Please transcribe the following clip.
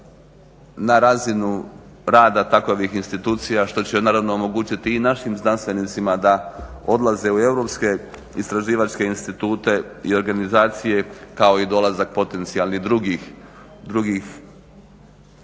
na razinu rada takovih institucija što će naravno omogućiti i našim znanstvenicima da odlaze u europske istraživačke institute i organizacije kao i dolazak potencijalnih drugih stranih